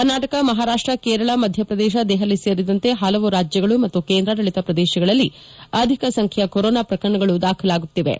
ಕರ್ನಾಟಕ ಮಹಾರಾಷ್ಟ ಕೇರಳ ಮಧ್ಯಪ್ರದೇಶ ದೆಹಲಿ ಸೇರಿದಂತೆ ಹಲವು ರಾಜ್ಯಗಳು ಮತ್ತು ಕೇಂದ್ರಾಡಳಿತ ಪ್ರದೇಶಗಳಲ್ಲಿ ಅಧಿಕ ಸಂಖ್ಯೆಯ ಕೊರೋನಾ ಪ್ರಕರಣಗಳು ದಾಖಲಾಗುತ್ತಿವೆ